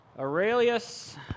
Aurelius